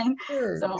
Sure